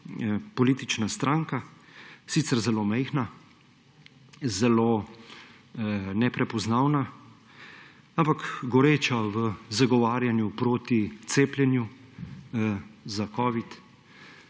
politična stranka, sicer zelo majhna, zelo neprepoznavna, ampak goreča v zagovarjanju proti cepljenju za covid,